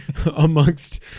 Amongst